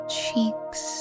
cheeks